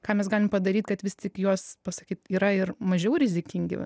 ką mes galim padaryt kad vis tik juos pasakyt yra ir mažiau rizikingi